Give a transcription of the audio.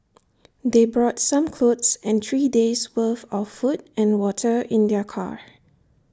they brought some clothes and three days' worth of food and water in their car